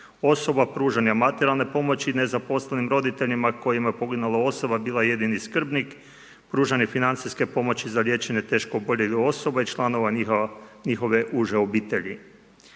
osoba, pružanje materijalne pomoći nezaposlenim roditeljima kojima je poginula osoba bila jedini skrbnik, pružanje financijske pomoći za liječenje teško oboljelih osoba i članova njihove uže obitelji.